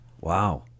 Wow